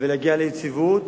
ולהגיע ליציבות,